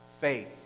faith